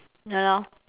ya lor